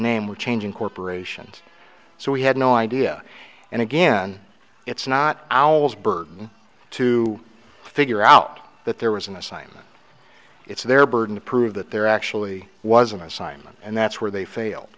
the name we're changing corporations so we had no idea and again it's not ours burden to figure out that there was an assignment it's their burden to prove that there actually was an assignment and that's where they